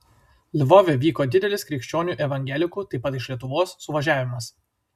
lvove vyko didelis krikščionių evangelikų taip pat iš lietuvos suvažiavimas